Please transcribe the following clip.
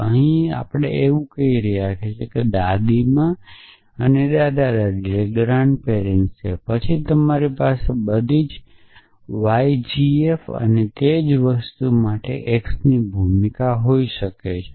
તમે અહીં શું કહી રહ્યા છો તે દાદા દાદી છે પછી તમારી પાસે બધી ygf અને તે જ વસ્તુ માટે બધા x માટેની ભૂમિકા હોઈ શકે છે